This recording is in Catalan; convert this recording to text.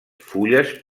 fulles